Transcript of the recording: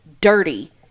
dirty